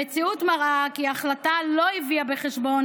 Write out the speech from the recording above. המציאות מראה כי ההחלטה לא הביאה בחשבון